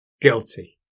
Guilty